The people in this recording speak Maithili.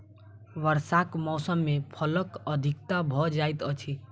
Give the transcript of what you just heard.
वर्षाक मौसम मे फलक अधिकता भ जाइत अछि